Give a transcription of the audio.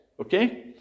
Okay